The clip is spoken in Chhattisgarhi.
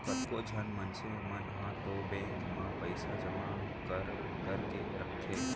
कतको झन मनसे मन ह तो बेंक म पइसा जमा कर करके रखथे